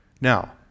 Now